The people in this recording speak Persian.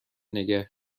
نگه